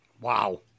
Wow